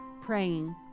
praying